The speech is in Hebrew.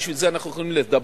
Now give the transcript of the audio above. בשביל זה אנחנו יכולים לדבר,